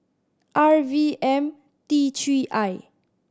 R V M T Three I